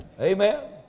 Amen